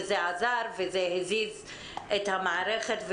וזה עזר והזיז את המערכת.